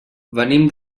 venim